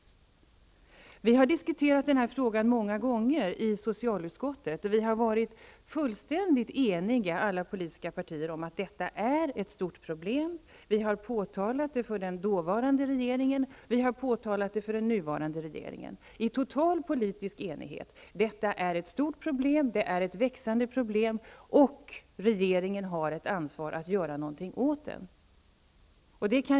Vi har i socialutskottet diskuterat den här frågan många gånger, och vi har i alla politiska partier varit fullständigt eniga om att detta är ett stort problem. Vi har i total politisk enighet påtalat för den dåvarande regeringen och för den nuvarande regeringen att detta är ett stort och växande problem och att regeringen har ett ansvar att göra någonting åt det.